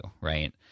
right